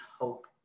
hope